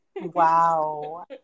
Wow